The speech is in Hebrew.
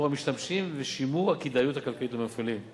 המשתמשים ושימור הכדאיות הכלכלית למפעילים.